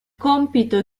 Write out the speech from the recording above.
compito